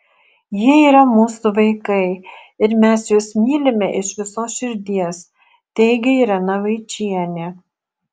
jie yra mūsų vaikai ir mes juos mylime iš visos širdies teigia irena vaičienė